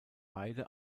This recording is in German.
beide